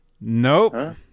nope